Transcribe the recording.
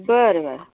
बरं बरं